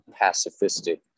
pacifistic